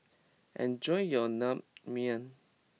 enjoy your Naengmyeon